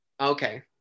okay